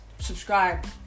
Subscribe